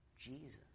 Jesus